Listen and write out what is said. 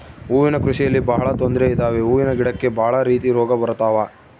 ಹೂವಿನ ಕೃಷಿಯಲ್ಲಿ ಬಹಳ ತೊಂದ್ರೆ ಇದಾವೆ ಹೂವಿನ ಗಿಡಕ್ಕೆ ಭಾಳ ರೀತಿ ರೋಗ ಬರತವ